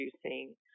producing